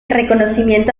reconocimiento